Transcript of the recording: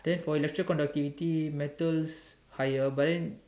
test for electrical activity metals higher bend